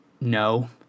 no